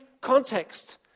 context